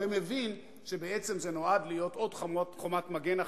ומבין שבעצם זה נועד להיות עוד חומת מגן אחת,